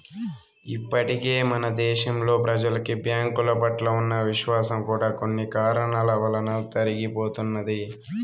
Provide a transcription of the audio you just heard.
ఇప్పటికే మన దేశంలో ప్రెజలకి బ్యాంకుల పట్ల ఉన్న విశ్వాసం కూడా కొన్ని కారణాల వలన తరిగిపోతున్నది